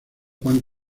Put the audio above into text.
juan